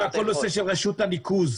לדוגמה, כל נושא רשות הניקוז.